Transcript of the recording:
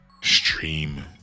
stream